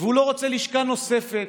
והוא לא רוצה לשכה נוספת,